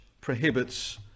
prohibits